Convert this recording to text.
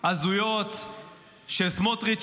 הזויות של סמוטריץ',